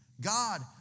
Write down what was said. God